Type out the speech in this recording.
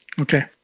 Okay